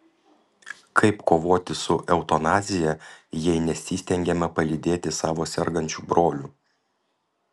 kaip kovoti su eutanazija jei nesistengiama palydėti savo sergančių brolių